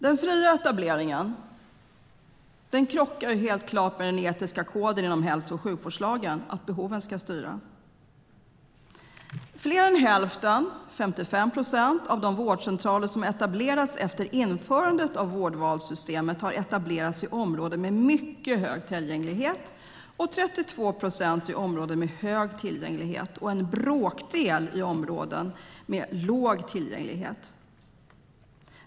Den fria etableringen krockar helt klart med den etiska koden i hälso och sjukvårdslagen att behoven ska styra. Fler än hälften, 55 procent, av de vårdcentraler som etablerats efter införandet av vårdvalssystemet har etablerats i områden med mycket hög tillgänglighet, 32 procent i områden med hög tillgänglighet och en bråkdel i områden med låg tillgänglighet.